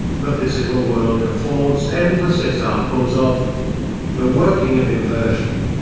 the physical world affords endless examples of the working of inversion.